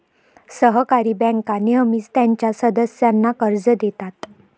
सहकारी बँका नेहमीच त्यांच्या सदस्यांना कर्ज देतात